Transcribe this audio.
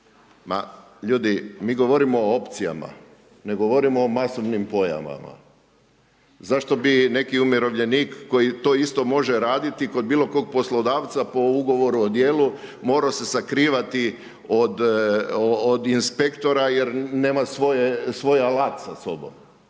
Ma ljudi mi govorimo o opcijama, ne govorimo o masovnim pojavama. Zašto bi neki umirovljenik, koji to isto može raditi kod bilo kog poslodavca po Ugovoru o djelu morao se sakrivati od inspektora jer nema svoj alat sa sobom,